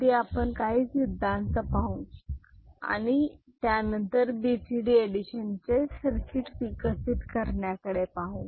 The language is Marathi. आधी आपण काही सिद्धांत पाहून आणि त्यानंतर बीसीडी एडिशन चे सर्किट विकसित करण्याकडे पाहू